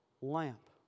lamp